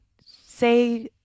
Say